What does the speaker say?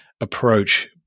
approach